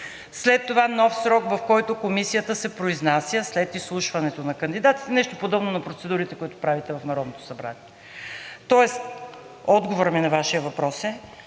след това нов срок, в който Комисията се произнася след изслушването на кандидатите – нещо подобно на процедурите, които правите в Народното събрание. Тоест отговорът на Вашия въпрос е: